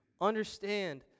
Understand